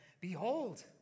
Behold